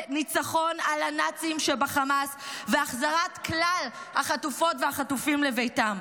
ניצחון על הנאצים שבחמאס והחזרת כלל החטופות והחטופים לביתם.